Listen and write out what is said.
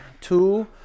two